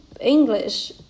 English